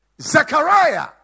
Zechariah